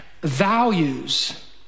values